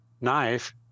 knife